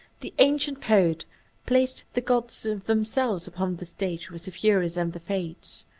the ancient poet placed the gods themselves upon the stage with the furies and the fates.